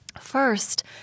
First